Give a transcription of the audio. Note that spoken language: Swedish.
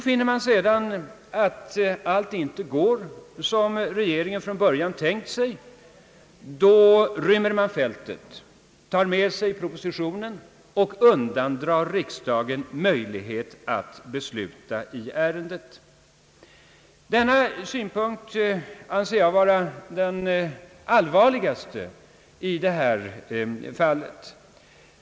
Finner man sedan att allt inte går som regeringen från början tänkt sig, rymmer man fältet, tar med sig propositionen och undandrar riksdagen möjlighet att besluta i ärendet. Denna synpunkt anser jag vara den allvarligaste i det här fallet.